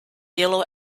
yellow